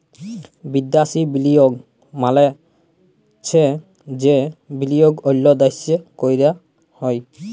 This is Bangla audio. বিদ্যাসি বিলিয়গ মালে চ্ছে যে বিলিয়গ অল্য দ্যাশে ক্যরা হ্যয়